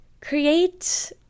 create